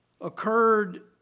occurred